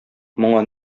моңа